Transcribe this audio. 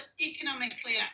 economically